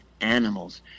animals